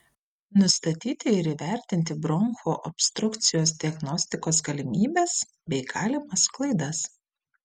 nustatyti ir įvertinti bronchų obstrukcijos diagnostikos galimybes bei galimas klaidas